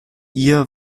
ihr